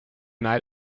night